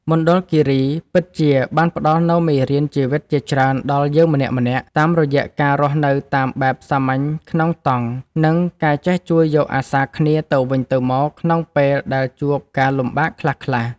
មណ្ឌលគីរីពិតជាបានផ្តល់នូវមេរៀនជីវិតជាច្រើនដល់យើងម្នាក់ៗតាមរយៈការរស់នៅតាមបែបសាមញ្ញក្នុងតង់ និង ការចេះជួយយកអាសារគ្នាទៅវិញទៅមកក្នុងពេលដែលជួបការលំបាកខ្លះៗ។